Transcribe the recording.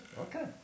Okay